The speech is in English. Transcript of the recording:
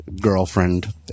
girlfriend